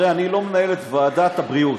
הרי אני לא מנהל את ועדת הבריאות.